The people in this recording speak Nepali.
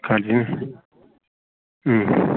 खाँदिनँ अँ